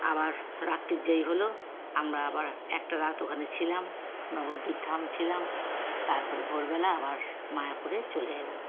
আবার রাত্রি যেই হল আমরা আবার একটা রাত ওখানে ছিলাম নবদ্বীপ ধাম ছিলাম তারপরে ভোরবেলা আবার মায়াপুরে চলে এলাম